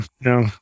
no